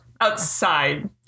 Outside